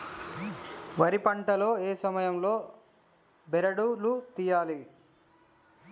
వరి పంట లో ఏ సమయం లో బెరడు లు తియ్యాలి?